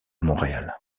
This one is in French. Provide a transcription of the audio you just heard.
montréal